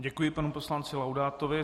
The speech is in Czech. Děkuji panu poslanci Laudátovi.